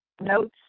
Notes